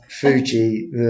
Fuji